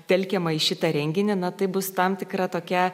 telkiama į šitą renginį na tai bus tam tikra tokia